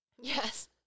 Yes